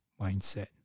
mindset